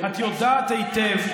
את יודעת היטב,